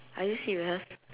are you serious